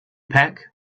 pack